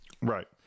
Right